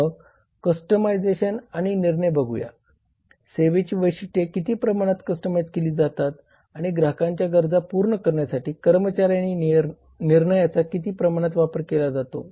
मग कस्टमायझेशन आणि निर्णय बघूया सेवेची वैशिष्ट्ये किती प्रमाणात कस्टमायझ केली जातात आणि ग्राहकांच्या गरजा पूर्ण करण्यासाठी कर्मचारी आणि निर्णयाचा किती प्रमाणात वापर केला जातो